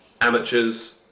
amateurs